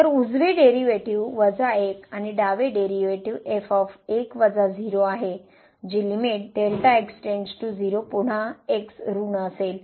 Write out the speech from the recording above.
तर उजवे डेरीवेटिव 1 आणि डावे डेरीवेटिव आहे जी लिमिट → 0 पुन्हा x ऋण असेल